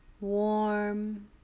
Warm